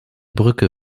brücke